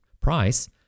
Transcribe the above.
price